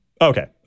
Okay